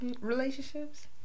relationships